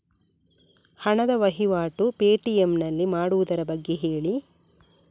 ಹಣದ ವಹಿವಾಟು ಪೇ.ಟಿ.ಎಂ ನಲ್ಲಿ ಮಾಡುವುದರ ಬಗ್ಗೆ ಹೇಳಿ